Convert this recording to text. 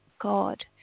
God